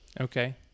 Okay